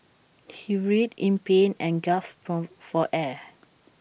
he writhed in pain and gasped for air